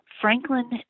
Franklin